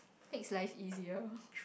makes life easier